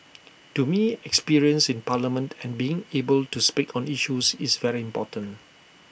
to me experience in parliament and being able to speak on issues is very important